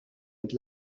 and